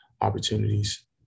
opportunities